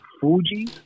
Fuji